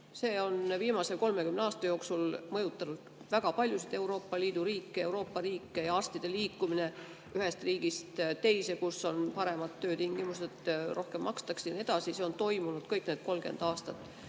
See on viimase 30 aasta jooksul mõjutanud väga paljusid Euroopa Liidu riike, Euroopa riike ja arstide liikumine ühest riigist teise, kus on paremad töötingimused, rohkem makstakse ja nii edasi, on toimunud kõik need 30 aastat.